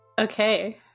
Okay